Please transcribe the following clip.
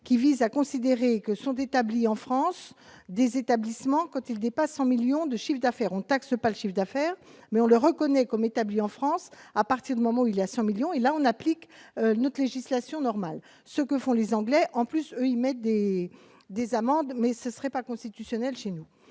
qui vise à considérer que sont établis en France des établissements quand il dépasse en millions de chiffre d'affaires, on taxe pas le chiffre d'affaires, mais on le reconnaît comme établi en France à partir du moment où il y a 100 millions et là on applique notre législation normale, ce que font les Anglais, en plus, ils mettent des et des amendes, mais ce serait pas constitutionnel, chez nous,